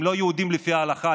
הם לא יהודים לפי ההלכה.